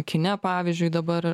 kine pavyzdžiui dabar